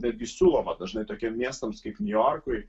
netgi siūloma dažnai tokiems miestams kaip niujorkui